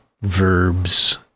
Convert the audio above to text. verbs